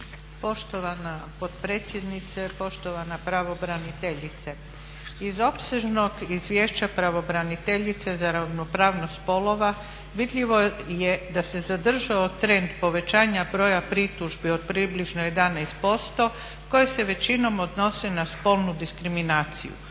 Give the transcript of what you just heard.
Poštovana potpredsjednice, poštovana pravobraniteljice. Iz opsežnog izvješća pravobraniteljice za ravnopravnost spolova vidljivo je da se zadržao trend povećanja broja pritužbi od približno 11% koje se većinom odnose na spolnu diskriminaciju,